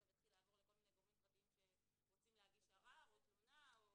יעבור לכל מיני גורמים פרטיים שרוצים להגיש ערר או תלונה.